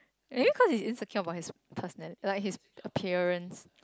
maybe cause he's insecure about his personali~ like his appearance